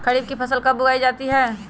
खरीफ की फसल कब उगाई जाती है?